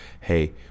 hey